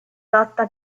lotta